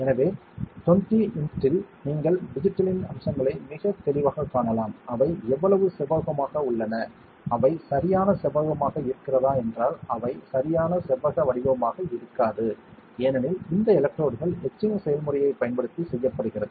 எனவே 20x இல் நீங்கள் டிஜிட்டலின் அம்சங்களை மிகத் தெளிவாகக் காணலாம் அவை எவ்வளவு செவ்வகமாக உள்ளன அவை சரியான செவ்வகமாக இருக்கிறதா என்றால் அவை சரியான செவ்வக வடிவமாக இருக்காது ஏனெனில் இந்த எலக்ட்ரோடுகள் எட்சிங் செயல்முறையைப் பயன்படுத்தி செய்யப்படுகிறது